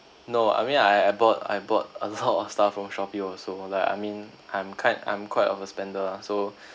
no I mean I I I bought I bought a lot of stuff from Shopee also like I mean I'm kind I'm quite of a spender lah so